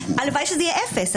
הלוואי שזה יהיה אפס,